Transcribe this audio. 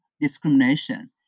discrimination